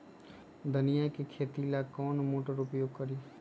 धनिया के खेती ला कौन मोटर उपयोग करी?